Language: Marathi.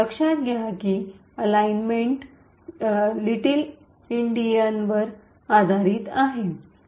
लक्षात घ्या की संरेखन अलाईनमेंट alignment लिटील एंडियनवर आधारित आहे